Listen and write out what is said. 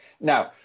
Now